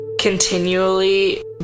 continually